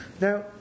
Now